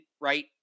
right